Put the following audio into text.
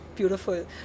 beautiful